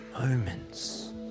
moments